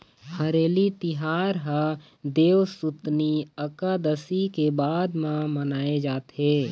हरेली तिहार ह देवसुतनी अकादसी के बाद म मनाए जाथे